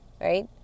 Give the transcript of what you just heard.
Right